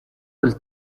del